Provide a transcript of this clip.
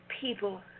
people